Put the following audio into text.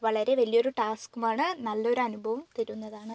വളരെ വലിയൊരു ടാസ്കുമാണ് നല്ലൊരനുഭവം തരുന്നതാണ്